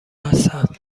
هستند